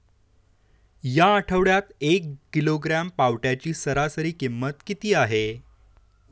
या आठवड्यात एक किलोग्रॅम पावट्याची सरासरी किंमत किती आहे?